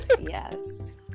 yes